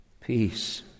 Peace